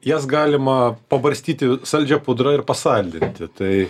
jas galima pabarstyti saldžia pudra ir pasaldinti tai